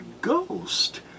Ghost